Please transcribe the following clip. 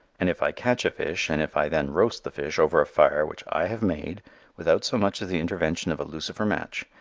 and if i catch a fish and if i then roast the fish over a fire which i have made without so much as the intervention of a lucifer match,